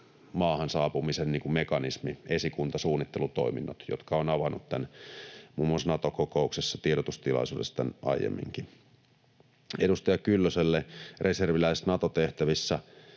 maahan saapumisen mekanismi, esikuntasuunnittelutoiminnot, ja olen avannut muun muassa Nato-kokouksessa tiedotustilaisuudessa tämän aiemminkin. Edustaja Kyllöselle: Reserviläiset Nato-tehtävissä,